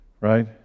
Right